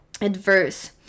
adverse